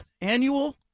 annual